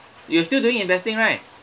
you still doing investing right